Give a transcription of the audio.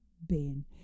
Ben